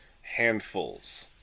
handfuls